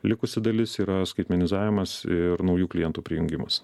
likusi dalis yra skaitmenizavimas ir naujų klientų prijungimas